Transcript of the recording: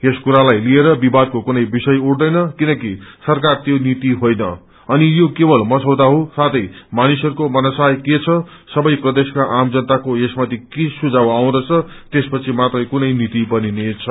यस कुरालाई लिएर विवादको कुनै विषय उठदैन किनकि सरकार त्यो नीति होइन अनि यो केवल मसौदा हो साथै मानिसहरूको मनसाय केछ सबै प्रदेश्का आम जनताको यसमाथि के सुझाव आउँदछ त्यस पश्छमात्रै कुनै नीति बनिनेछ